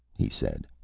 he said.